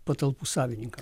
patalpų savininkam